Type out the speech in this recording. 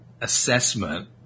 assessment